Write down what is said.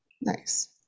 Nice